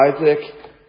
Isaac